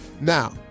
Now